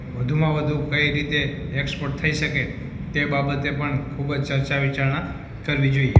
વધુમાં વધુ કઈ રીતે એક્ષપોર્ટ થઇ શકે તે બાબતે પણ ખૂબ જ ચર્ચા વિચારણા કરવી જોઇએ